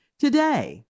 today